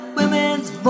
women's